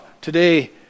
today